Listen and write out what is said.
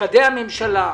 משרדי הממשלה.